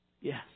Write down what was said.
Yes